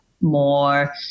more